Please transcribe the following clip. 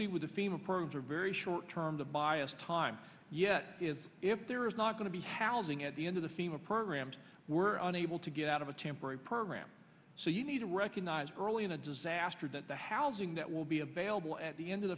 see with the fema probes are very short term the bias time yeah if there is not going to be housing at the end of the femur programs we're unable to get out of a temporary program so you need to recognize early in a disaster that the housing that will be available at the end of